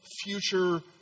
future